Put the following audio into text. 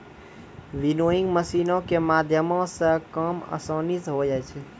winnowing मशीनो के माध्यमो से काम असानी से होय जाय छै